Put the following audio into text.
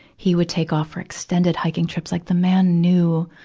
he would take off for extended hiking trips. like the man knew,